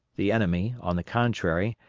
the enemy, on the contrary,